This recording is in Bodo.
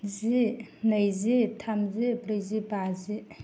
जि नैजि थामजि ब्रैजि बाजि